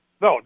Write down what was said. No